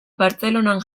bartzelonan